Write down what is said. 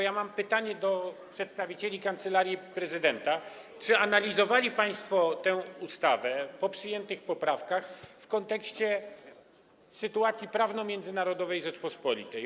Ja mam pytanie do przedstawicieli Kancelarii Prezydenta: Czy analizowali państwo tę ustawę po przyjętych poprawkach w kontekście sytuacji prawnomiędzynarodowej Rzeczypospolitej?